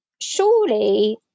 surely